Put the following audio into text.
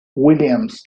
williams